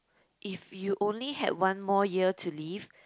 if you only had one more year to live